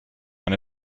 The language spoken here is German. eine